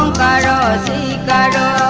da da da da